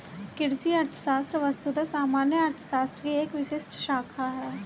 कृषि अर्थशास्त्र वस्तुतः सामान्य अर्थशास्त्र की एक विशिष्ट शाखा है